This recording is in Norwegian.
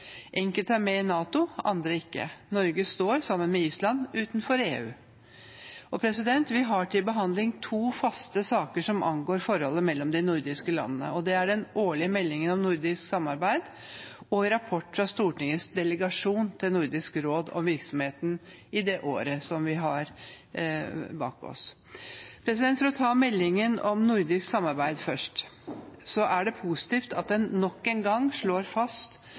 Enkelte er med i NATO, andre ikke, Norge står, sammen med Island, utenfor EU. Vi har til behandling to faste saker som angår forholdet mellom de nordiske landene. Det er den årlige meldingen om nordisk samarbeid og rapporten fra Stortingets delegasjon til Nordisk råd om virksomheten i det året som vi har bak oss. For å ta meldingen om nordisk samarbeid først: Det er positivt at en nok en gang slår fast